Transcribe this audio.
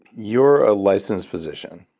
you're a licensed physician.